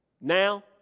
now